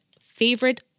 favorite